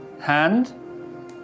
Hand